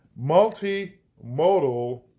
multimodal